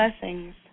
blessings